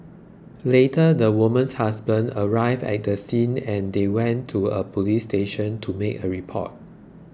later the woman's husband arrived at the scene and they went to a police station to make a report